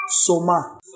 Soma